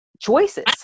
choices